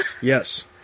Yes